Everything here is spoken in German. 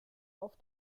auf